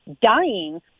dying